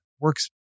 works